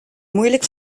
moeilijk